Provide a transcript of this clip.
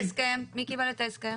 מי קיבל את ההסכם?